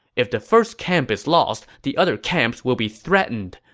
if the first camp is lost, the other camps will be threatened,